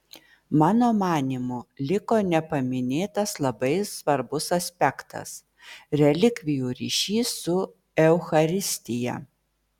mano manymu liko nepaminėtas labai svarbus aspektas relikvijų ryšys su eucharistija